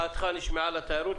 מחאתך נשמעה לגבי התיירות,